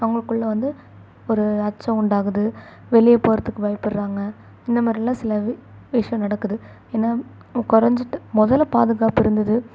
அவங்களுக்குள்ள வந்து ஒரு அச்சம் உண்டாகுது வெளியே போகிறத்துக்கு பயப்படுறாங்க இந்த மாதிரிலாம் சில வி விஷயம் நடக்குது என்ன குறஞ்சிட்டு முதல்ல பாதுகாப்பு இருந்தது